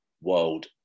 world